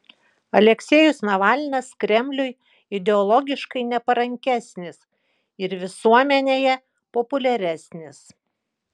aleksejus navalnas kremliui ideologiškai neparankesnis ir visuomenėje populiaresnis